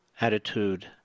attitude